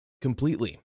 completely